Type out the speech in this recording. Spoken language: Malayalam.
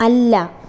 അല്ല